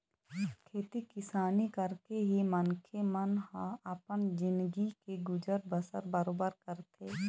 खेती किसानी करके ही मनखे मन ह अपन जिनगी के गुजर बसर बरोबर करथे